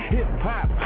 Hip-hop